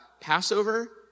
Passover